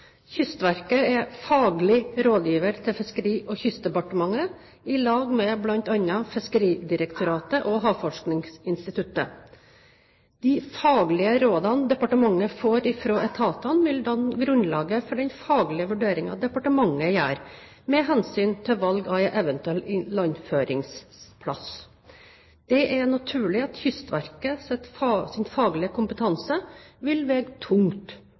Kystverket er fagleg rådgjevar til Fiskeri- og kystdepartementet i lag med bl.a. Fiskeridirektoratet og Havforskingsinstituttet. Dei faglege råda departementet får frå etatane, vil danne grunnlaget for den faglege vurderinga departementet gjer med omsyn til val av ein eventuell ilandføringsplass. Det er naturleg at Kystverkets faglege kompetanse vil vege tungt, og svaret på spørsmålet om Kystverket vil